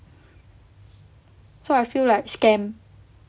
so I feel like scammed